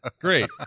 Great